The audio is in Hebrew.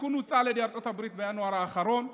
התיקון הוצע על ידי ארצות הברית בינואר האחרון.